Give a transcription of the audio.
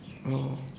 oh